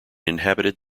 inhabited